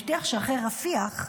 הבטיח שאחרי רפיח,